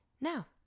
Now